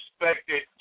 respected